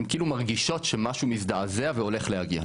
הן כאילו מרגישות שמשהו מזדעזע והולך להגיע,